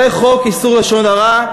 זה חוק איסור לשון הרע,